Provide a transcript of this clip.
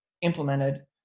implemented